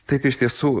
taip iš tiesų